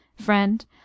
Friend